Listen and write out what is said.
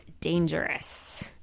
dangerous